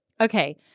Okay